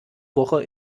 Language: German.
woche